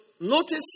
notice